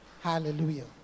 Hallelujah